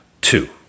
two